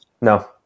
No